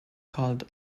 called